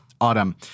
Autumn